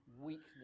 weakness